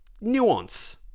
nuance